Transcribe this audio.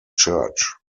church